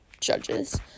judges